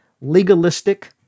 legalistic